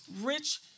rich